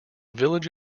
village